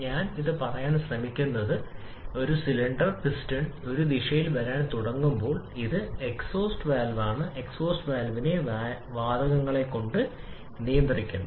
ഞാൻ അത് പറയാൻ ശ്രമിക്കുന്നത് ഇത് ഒരു ആണെങ്കിൽ സിലിണ്ടറും പിസ്റ്റൺ ഈ ദിശയിൽ വരാൻ തുടങ്ങുമ്പോൾ ഇത് എക്സ്ഹോസ്റ്റ് വാൽവാണ് എക്സോസ്റ്റ് വാൽവിനെതിരെ വാതകങ്ങളെ നിർബന്ധിക്കുന്നു